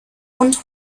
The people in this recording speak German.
und